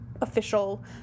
official